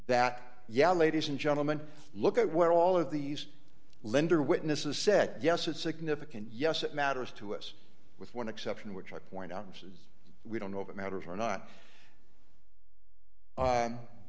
that yeah ladies and gentlemen look at where all of these lender witnesses said yes it's significant yes it matters to us with one exception which i point out and says we don't know if it matters or not